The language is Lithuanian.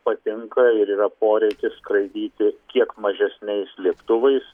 patinka ir yra poreikis skraidyti kiek mažesniais lėktuvais